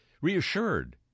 reassured